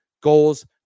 goals